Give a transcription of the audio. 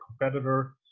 competitor